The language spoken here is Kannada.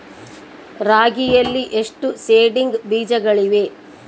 ರಾಗಿಯಲ್ಲಿ ಎಷ್ಟು ಸೇಡಿಂಗ್ ಬೇಜಗಳಿವೆ?